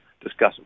discuss